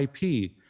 IP